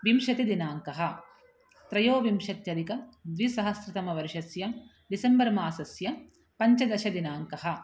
विंशतिदिनाङ्कः त्रयोविंशत्यधिकद्विसहस्रतमवर्षस्य डिसम्बर् मासस्य पञ्चदशदिनाङ्कः